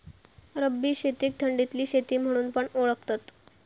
रब्बी शेतीक थंडीतली शेती म्हणून पण ओळखतत